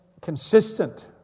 consistent